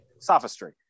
sophistry